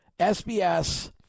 SBS